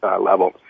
level